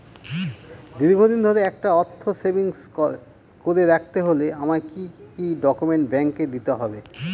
দীর্ঘদিন ধরে একটা অর্থ সেভিংস করে রাখতে হলে আমায় কি কি ডক্যুমেন্ট ব্যাংকে দিতে হবে?